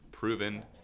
proven